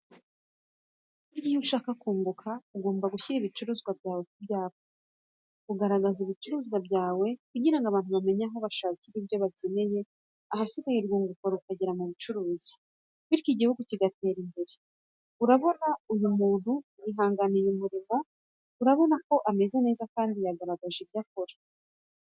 Burya iyo ushaka kunguka, ugomba gushyira ibicuruzwa byawe ku byapa ugaragaza ibicuruzwa byawe kugira ngo abantu bamenye aho bashakira ibyo bakeneye ahasigaye urwunguko rukagera ku mucuruzi, bityo igihugu kigatera imbere, urabona uyu muntu yihangiye umurimo urabona ko ameze neza kandi yagaragaje ibyo akora.